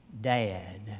dad